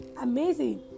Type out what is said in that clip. Amazing